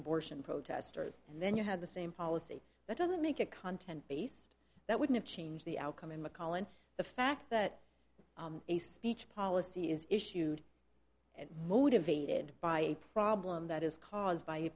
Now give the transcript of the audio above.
abortion protesters and then you had the same policy that doesn't make it content based that wouldn't change the outcome in mcallen the fact that a speech policy is issued and motivated by a problem that is caused by a